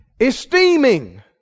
Esteeming